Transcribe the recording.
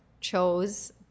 chose